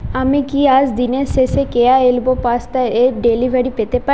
আমি কি আজ দিনের শেষে কেয়া এলবো পাস্তা এর ডেলিভারি পেতে পারি